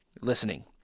listening